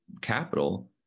capital